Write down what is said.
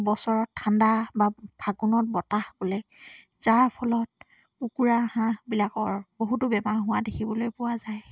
বছৰত ঠাণ্ডা বা ফাগুণত বতাহ বলে যাৰ ফলত কুকুৰা হাঁহবিলাকৰ বহুতো বেমাৰ হোৱা দেখিবলৈ পোৱা যায়